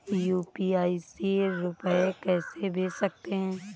UPI से रुपया कैसे भेज सकते हैं?